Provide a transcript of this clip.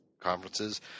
conferences